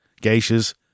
geishas